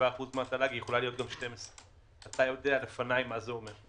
7% מהתל"ג יכול להיות גם 12%. אתה יודע לפניי מה זה אומר.